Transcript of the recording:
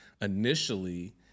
initially